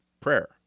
prayer